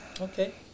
okay